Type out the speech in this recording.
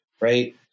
right